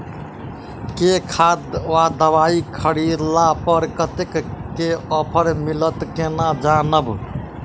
केँ खाद वा दवाई खरीदला पर कतेक केँ ऑफर मिलत केना जानब?